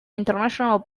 international